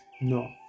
No